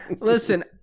Listen